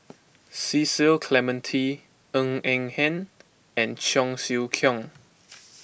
Cecil Clementi Ng Eng Hen and Cheong Siew Keong